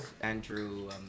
Andrew